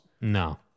No